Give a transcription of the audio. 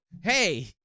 hey